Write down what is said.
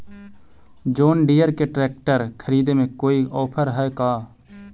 जोन Deere के ट्रेकटर खरिदे में कोई औफर है का?